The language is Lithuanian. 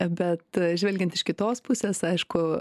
bet žvelgiant iš kitos pusės aišku